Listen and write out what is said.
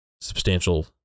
substantial